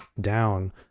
down